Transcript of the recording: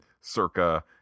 circa